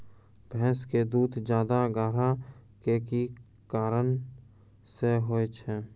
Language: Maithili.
भैंस के दूध ज्यादा गाढ़ा के कि कारण से होय छै?